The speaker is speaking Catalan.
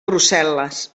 brussel·les